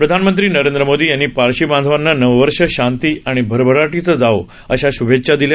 प्रधानमंत्री नरेंद्र मोदी यांनी पारशी बांधवांना नवं वर्ष शांती आणि भरभराटीचं जावो अशा श्भेच्छा दिल्या